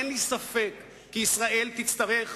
אין לי ספק כי ישראל תצטרך,